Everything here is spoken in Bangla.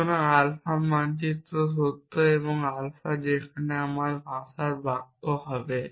সুতরাং আলফা মানচিত্র সত্য এবং আলফা সেখানে আমার ভাষায় বাক্য হবে